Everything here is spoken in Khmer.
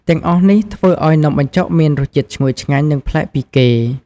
ទាំងអស់នេះធ្វើឲ្យនំបញ្ចុកមានរសជាតិឈ្ងុយឆ្ងាញ់ និងប្លែកពីគេ។